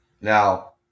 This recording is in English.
Now